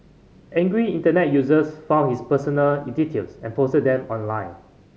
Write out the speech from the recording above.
angry Internet users found his personal in details and posted them online